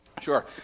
Sure